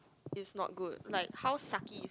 is not good like how sucky is